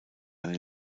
eine